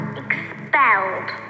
expelled